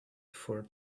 for